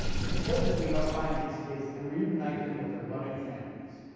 it's important that we help find these kids and reunite them with their loving families.